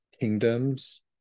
kingdoms